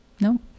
No